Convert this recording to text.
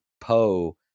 poe